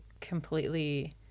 completely